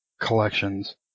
collections